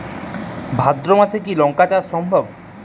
ভাদ্র মাসে কি লঙ্কা চাষ সম্ভব?